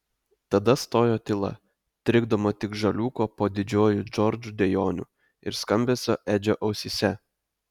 tada stojo tyla trikdoma tik žaliūko po didžiuoju džordžu dejonių ir skambesio edžio ausyse